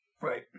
Right